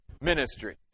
ministry